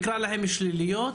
שליליות,